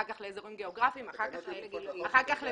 אחר כך לאזורים גיאוגרפיים אחר כך למעסיק.